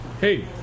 Hey